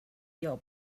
your